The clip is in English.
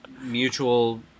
mutual